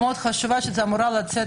יוליה מלינובסקי (יו"ר ועדת מיזמי תשתית